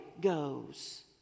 goes